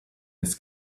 his